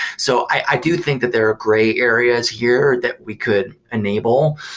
so i do think that there are gray areas here that we could enable,